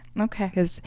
Okay